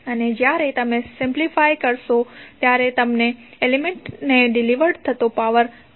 અને જ્યારે તમે સિમ્પ્લિફાય કરશો ત્યારે તમને એલિમેન્ટને ડિલિવર્ડ થતો પાવર 53